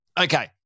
Okay